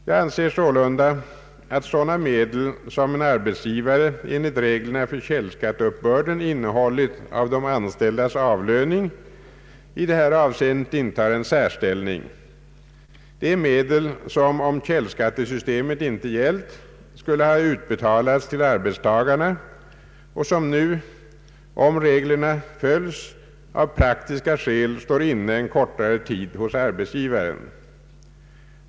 Jag anser sålunda att sådana medel, som en arbetsgivare enligt reglerna för källskatteuppbörden innehållit av de anställdas avlöning, i detta avseende intar en särställning, Det är medel som, om källskattesystemet inte gällt, skulle ha utbetalats till arbetstagarna, och som nu — om reglerna följs — av praktiska skäl står inne en kortare tid hos arbetsgivaren.